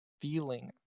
feeling